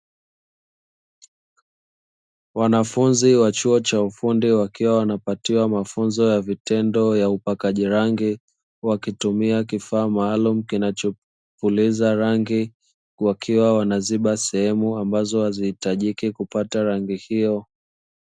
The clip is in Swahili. Wanafunzi wa chuo cha ufundi wakiwa wanapatiwa wafunzo ya vitendo ya upakaji rangi, wakitumia kifaa maalumu kinachopuliza rangi, wakiwa wanaziba sehemu ambazo hazihitajiki kupata rangi hiyo.